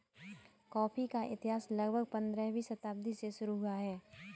coffee का इतिहास लगभग पंद्रहवीं शताब्दी से शुरू हुआ है